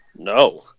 No